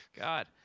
God